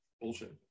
bullshit